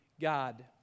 God